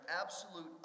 absolute